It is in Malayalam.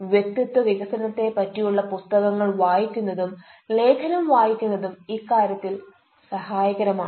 വ്യക്തിത്വ വികസനത്തെ പറ്റിയുള്ള പുസ്തകങ്ങൾ വായിക്കുന്നതും ലേഖനം വായിക്കുന്നതും ഇക്കാര്യത്തിൽ സഹായകരമാണ്